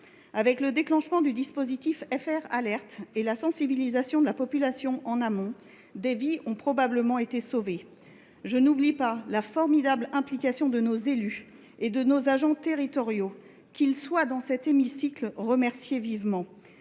Grâce au déclenchement du dispositif FR Alert et à la sensibilisation des populations en amont, des vies ont probablement été sauvées. Je n’oublie pas la formidable implication de nos élus et de nos agents territoriaux. Qu’ils en soient, dans cet hémicycle, remerciés vivement